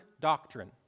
doctrine